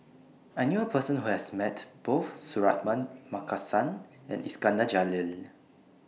I knew A Person Who has Met Both Suratman Markasan and Iskandar Jalil